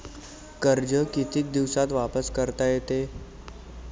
कर्ज कितीक दिवसात वापस करता येते?